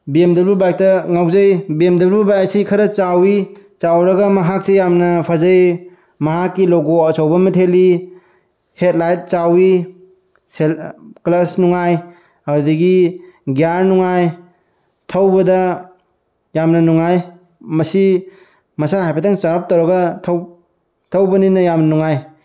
B M W ꯕꯥꯏꯛꯇ ꯉꯥꯎꯖꯩ B M W bike ꯑꯁꯤ ꯈꯔ ꯆꯥꯎꯏ ꯆꯥꯎꯔꯒ ꯃꯍꯥꯛꯁꯤ ꯌꯥꯝꯅ ꯐꯖꯩ ꯃꯍꯥꯛꯀꯤ ꯂꯣꯒꯣ ꯑꯆꯧꯕ ꯑꯃ ꯊꯦꯠꯂꯤ ꯍꯦꯠꯂꯥꯏꯠ ꯆꯥꯎꯏ ꯀ꯭ꯂꯁ ꯅꯨꯡꯉꯥꯏ ꯑꯗꯨꯗꯒꯤ ꯒ꯭ꯌꯥꯔ ꯅꯨꯡꯉꯥꯏ ꯊꯧꯕꯗ ꯌꯥꯝꯅ ꯅꯨꯡꯉꯥꯏ ꯃꯁꯤ ꯃꯁꯥ ꯍꯥꯏꯐꯦꯠꯇꯪ ꯆꯥꯎꯔꯞ ꯇꯧꯔꯒ ꯊꯧꯕꯅꯤꯅ ꯌꯥꯝꯅ ꯅꯨꯡꯉꯥꯏ